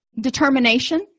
Determination